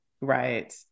Right